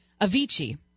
Avicii